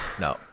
No